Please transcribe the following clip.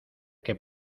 que